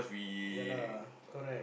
we uh